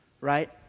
right